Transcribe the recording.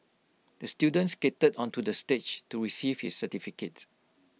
the student skated onto the stage to receive his certificate